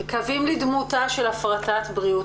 קווים לדמותה של הפרטת בריאות